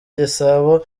gisabo